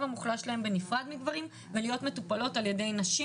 המוחלש שלהן בנפרד מגברים ולהיות מטופלות על ידי נשים.